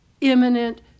imminent